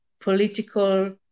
political